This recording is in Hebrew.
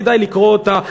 כדאי לקרוא אותה,